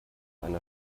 einer